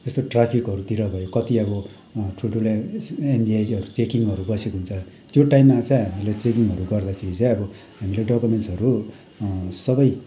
जस्तो ट्राफिकहरूतिर भयो कति अब ठुल्ठुलो एमभिआईहरू चेकिङहरू बसेको हुन्छ त्यो टाइममा चाहिँ हामीले चेकिङहरू गर्दाखेरि चाहिँ अब हामीले डकुमेन्ट्सहरू सबै